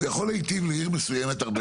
הוא יכול להיטיב לעיר מסוימת הרבה